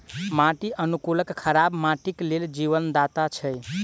माटि अनुकूलक खराब माटिक लेल जीवनदाता छै